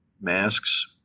masks